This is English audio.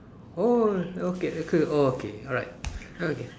oh okay okay okay alright okay